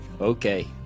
Okay